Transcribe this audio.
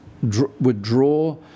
withdraw